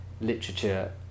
literature